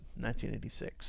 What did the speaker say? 1986